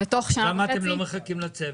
למה אתם לא מחכים לצוות?